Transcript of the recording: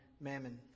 mammon